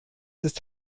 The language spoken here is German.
ist